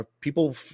people